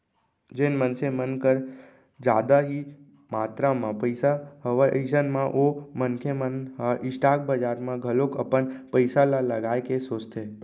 जेन मनसे मन कर जादा ही मातरा म पइसा हवय अइसन म ओ मनखे मन ह स्टॉक बजार म घलोक अपन पइसा ल लगाए के सोचथे